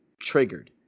triggered